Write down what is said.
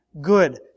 good